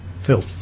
Phil